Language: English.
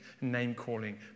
name-calling